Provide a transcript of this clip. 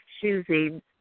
choosing